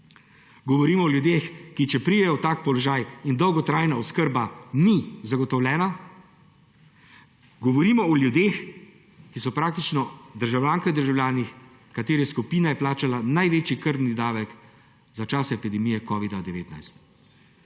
Govorimo o ljudeh, ki če pridejo v tak položaj, jim dolgotrajna oskrba ni zagotovljena, govorimo o ljudeh, državljankah in državljanih, katerih skupina je plačala največji krvni davek za časa epidemije covida-19